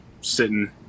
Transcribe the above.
sitting